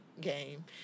game